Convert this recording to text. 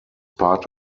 part